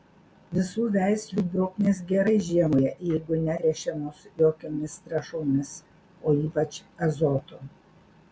visų veislių bruknės gerai žiemoja jeigu netręšiamos jokiomis trąšomis o ypač azoto